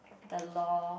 the law